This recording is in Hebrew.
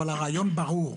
אבל הרעיון ברור.